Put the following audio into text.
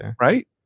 Right